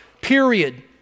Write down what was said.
period